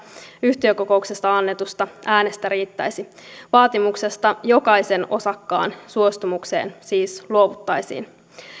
yhtiökokouksessa annetusta kymmenestä äänestä riittäisi vaatimuksesta jokaisen osakkaan suostumukseen siis luovuttaisiin